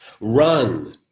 run